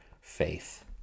faith